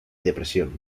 depresión